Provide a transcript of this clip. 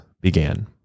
began